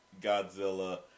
Godzilla